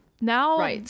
now